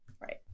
Right